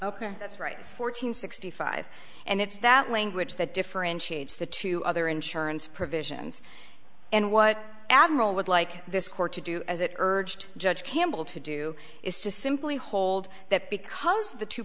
ok that's right it's fourteen sixty five and it's that language that differentiates the two other insurance provisions and what admiral would like this court to do as it urged judge campbell to do is to simply hold that because the two